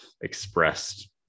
expressed